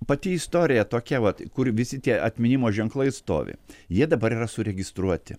pati istorija tokia vat kur visi tie atminimo ženklai stovi jie dabar yra suregistruoti